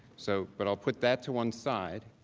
so but will put that to one side.